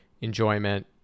enjoyment